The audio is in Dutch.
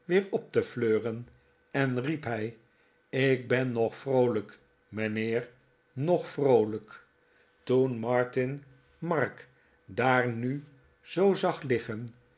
op te fleuren en riep hij ik ben nog vroolijk mijnheer nog vroolijk toen martin mark daar nu zoo zag liggen